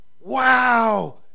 wow